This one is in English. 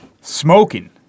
Smoking